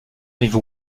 rive